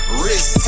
wrist